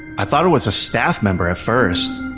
i thought it was a staff member at first.